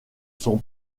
son